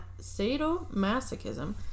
sadomasochism